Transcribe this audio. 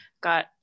got